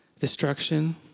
destruction